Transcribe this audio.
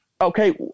Okay